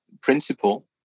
principle